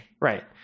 Right